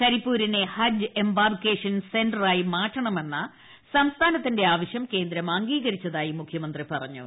കരിപ്പൂരിനെ ഹജ്ജ് embarkation centre ആയി മാറ്റണമെന്ന സംസ്ഥാനത്തിന്റെ ആവശ്യം കേന്ദ്രം അംഗീകരിച്ചതായി മുഖ്യമന്ത്രി പറഞ്ഞു